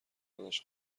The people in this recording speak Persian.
خودش